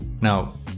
Now